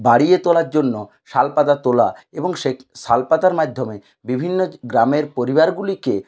বাড়িয়ে তোলার জন্য শালপাতা তোলা এবং সে শালপাতার মাধ্যমে বিভিন্ন গ্রামের পরিবারগুলিকে